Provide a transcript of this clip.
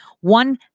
one